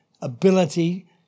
ability